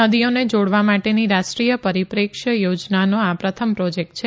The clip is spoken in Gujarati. નદીઓને જોડવા માટેની રાષ્ટ્રીય પરિપ્રેક્ષ્ય યોજનાનો આ પ્રથમ પ્રોજેક્ટ છે